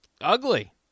ugly